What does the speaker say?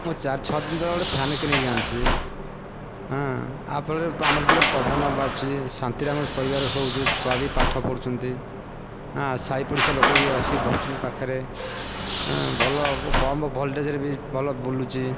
ମୁଁ ଚାରି ଛଅଦିନି ତଳେ ଗୋଟେ ଫ୍ୟାନ କିଣିକି ଆଣିଛି ୟା' ଫଳରେ ଆମର ଟିକିଏ ପବନ ବାଜୁଛି ଶାନ୍ତିରେ ଆମେ ପରିବାର ଶୋଉଛୁ ଛୁଆ ବି ପାଠ ପଢୁଛନ୍ତି ସାହି ପଡ଼ିଶା ଲୋକବି ଆସି ବସୁଛନ୍ତି ପାଖେରେ ଭଲ କମ୍ ଭୋଲେଟଜ୍ ରେ ବି ଭଲ ବୁଲୁଛି